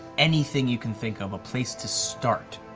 anything you can think of, a place to start.